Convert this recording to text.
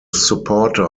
supporter